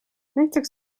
näiteks